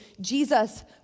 Jesus